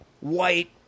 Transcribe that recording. white